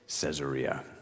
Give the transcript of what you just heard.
Caesarea